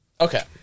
Okay